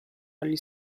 dagli